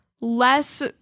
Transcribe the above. less